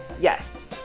yes